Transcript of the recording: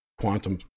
quantum